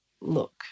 look